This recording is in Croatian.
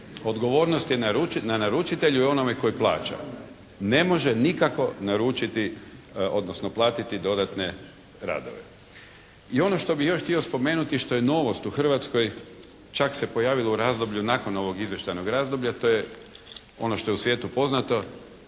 odgovornost je na naručitelji i onome koji plaća. Ne može nikako naručiti, odnosno platiti dodatne radove. I ono što bih još htio spomenuti, što je novost u Hrvatskoj, čak se pojavilo u razdoblju nakon ovog izvještajnog razdoblja, to je ono što je u svijetu poznato,